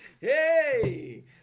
Hey